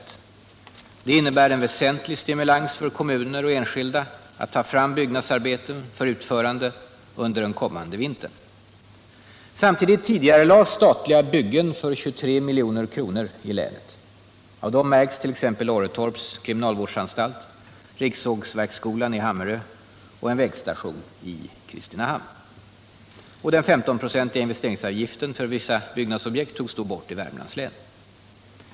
Detta innebär en väsentlig stimulans för kommuner och enskilda att ta fram byggnadsarbeten för utförande under den kommande vintern. Samtidigt tidigarelades statliga byggen för 23 milj.kr. i länet. Av dessa märks t.ex. Orretorps kriminalvårdsanstalt, rikssågverksskolan i Hammarö och en vägstation i Kristinehamn. Den 15-procentiga investeringsavgiften för vissa byggnadsobjekt togs då bort i Värmlands län.